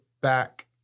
back